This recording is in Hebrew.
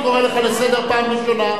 אני קורא אותך לסדר פעם ראשונה.